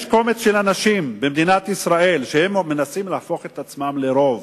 יש קומץ של אנשים במדינת ישראל שמנסים להפוך את עצמם לרוב,